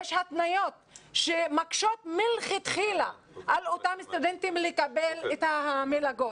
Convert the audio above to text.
יש התניות שמקשות מלכתחילה על אותם סטודנטים לקבל את המלגות.